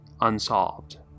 unsolved